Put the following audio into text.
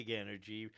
energy